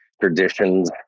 traditions